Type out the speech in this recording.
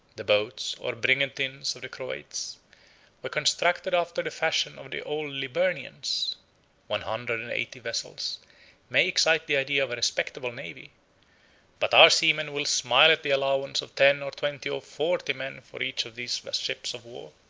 the boats or brigantines of the croats were constructed after the fashion of the old liburnians one hundred and eighty vessels may excite the idea of a respectable navy but our seamen will smile at the allowance of ten, or twenty, or forty, men for each of these ships of war.